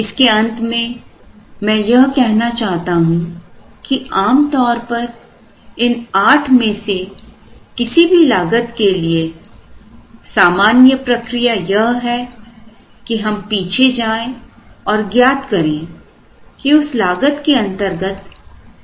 इसके अंत में मैं यह कहना चाहता हूं की आमतौर पर इन 8 में से किसी भी लागत के लिए सामान्य प्रक्रिया यह है कि हम पीछे जाएं और ज्ञात करें कि उस लागत के अंतर्गत कितना व्यय किया गया है